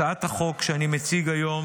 הצעת החוק שאני מציג היום,